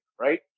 right